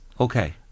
Okay